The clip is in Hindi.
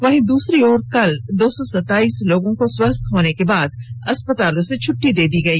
वहीं दूसरी ओर कल दो सौ सतोईस लोगों को स्वस्थ होने के बाद अस्पतालों से छट्टी दे दी गई